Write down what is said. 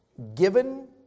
Given